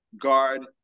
guard